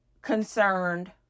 concerned